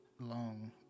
long